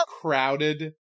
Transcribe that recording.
crowded